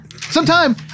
Sometime